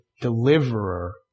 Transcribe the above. deliverer